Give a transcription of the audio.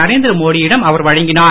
நரேந்திர மோடியிடம் அவர் வழங்கினார்